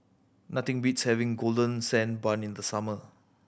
nothing beats having Golden Sand Bun in the summer